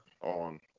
on